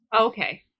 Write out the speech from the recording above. Okay